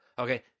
Okay